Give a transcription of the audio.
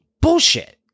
Bullshit